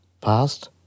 past